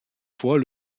fois